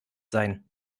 sein